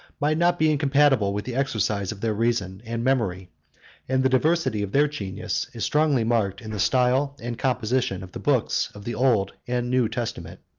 might not be incompatible with the exercise of their reason and memory and the diversity of their genius is strongly marked in the style and composition of the books of the old and new testament.